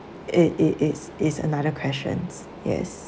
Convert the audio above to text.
it it it's is another questions yes